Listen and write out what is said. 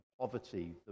poverty